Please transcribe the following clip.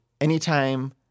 anytime